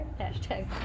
hashtag